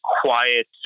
quiet